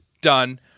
Done